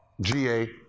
GA